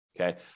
Okay